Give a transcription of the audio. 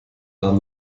nahm